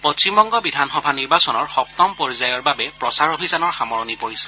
পশ্চিমবংগ বিধানসভা নিৰ্বাচনৰ সপ্তম পৰ্যায়ৰ বাবে প্ৰচাৰ অভিযানৰ সামৰণি পৰিছে